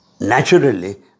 Naturally